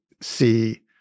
see